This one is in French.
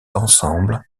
ensemble